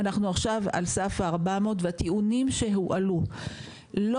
אנחנו עכשיו על סף ה-400 והטיעונים שהועלו לא